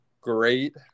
great